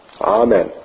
Amen